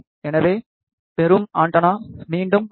எனவே பெறும் ஆண்டெனா மீண்டும் ஒரு ஆர்